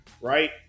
right